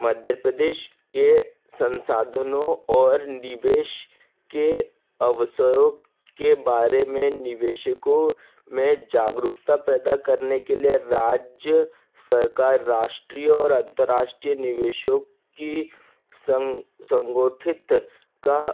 मध्य प्रदेश के संसाधनों और निवेश के अवसरों के बारे में निवेशकों में जागरुकता पैदा करने के लिए राज्य सरकार राष्ट्रीय और अंतर्राष्ट्रीय निवेशों की संग संगोठित का